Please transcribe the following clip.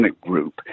Group